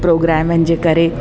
प्रोग्रामन जे करे